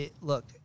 Look